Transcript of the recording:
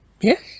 Yes